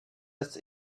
does